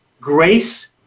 grace